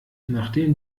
nachdem